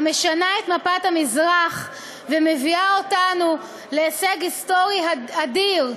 המשנה את מפת המזרח ומביאה אותנו להישג היסטורי אדיר,